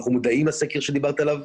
אנחנו מודעים לסקר שדיברת עליו.